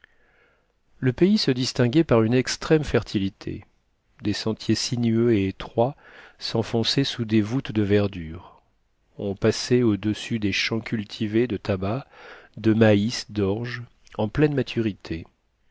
le pays se distinguait par une extrême fertilité des sentiers sinueux et étroits s'enfonçaient sous des voûtes de verdure on passait au-dessus des champs cultivés de tabac de maïs d'orge en pleine maturité